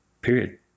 period